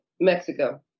Mexico